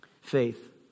faith